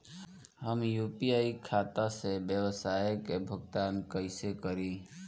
हम यू.पी.आई खाता से व्यावसाय के भुगतान कइसे करि?